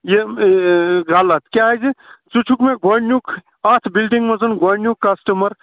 یہِ غلط کیٛازِ ژٕ چھُکھ مےٚ گۄڈنیُک اَتھ بِلڈِنٛگ منٛز گۄڈنیُک کَسٹمَر